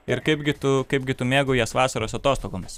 ir kaipgi tu kaipgi tu mėgaujies vasaros atostogomis